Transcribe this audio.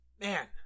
man